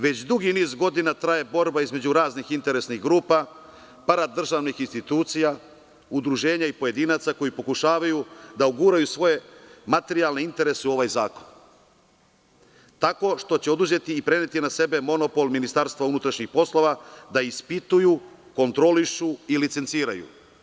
Već dugi niz godina traje borba između raznih interesnih grupa, paradržavnih institucija, udruženja i pojedinaca koji pokušavaju da uguraju svoje materijalne interese u ovaj zakon, tako što će oduzeti i preneti na sebe monopol MUP, da ispituju, kontrolišu i licenciraju.